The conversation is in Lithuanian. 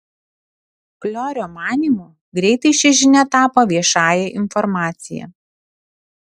kliorio manymu greitai ši žinia tapo viešąja informacija